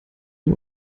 dem